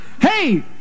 hey